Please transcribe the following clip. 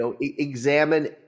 examine